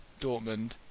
Dortmund